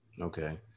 Okay